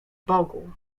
bogu